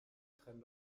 trennt